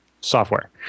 software